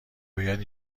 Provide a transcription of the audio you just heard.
باید